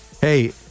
hey